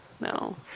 No